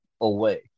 away